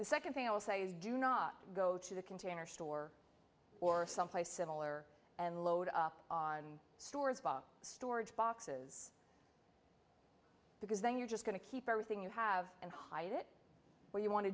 the second thing i will say is do not go to the container store or someplace similar and load up on stores of storage boxes because then you're just going to keep everything you have and hide it where you want to